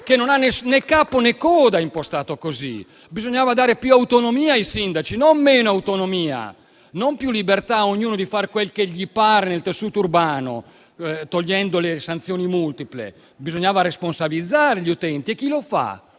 non ha né capo né coda, impostato così. Bisognava dare più autonomia ai sindaci, non meno autonomia, non più libertà a ognuno di fare quel che gli pare nel tessuto urbano, togliendo le sanzioni multiple. Bisognava responsabilizzare gli utenti. E chi la fa